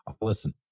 listen